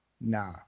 nah